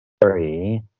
three